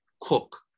cook